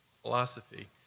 philosophy